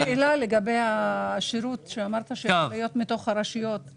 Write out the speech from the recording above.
יש לי שאלה לגבי השירות שאמרת שיכול להיות מתוך הרשויות.